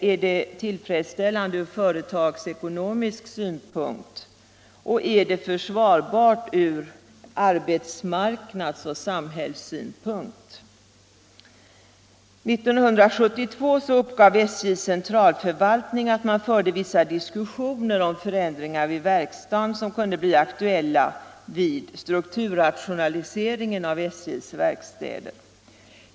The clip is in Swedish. Är det tillfredsställande från företagsekonomisk synpunkt, och är det försvarbart ur arbetsmarknadsoch samhällssynpunkt? 1972 uppgav SJ:s centralförvaltning att det fördes vissa diskussioner om förändringar vid verkstaden som kunde bli aktuella vid strukturrationaliseringar av SJ:s verkstäder.